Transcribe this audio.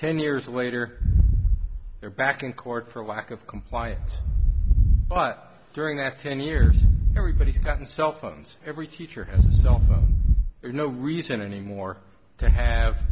ten years later they're back in court for lack of compliance but during that ten years everybody has gotten cell phones every teacher and cell phone there's no reason anymore to have